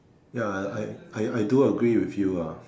ya I I I I do agree with you lah